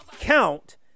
count